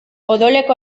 odoleko